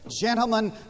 Gentlemen